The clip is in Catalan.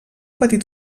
petit